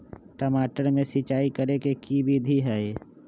टमाटर में सिचाई करे के की विधि हई?